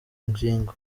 ngingo